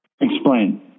Explain